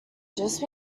just